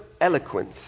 eloquence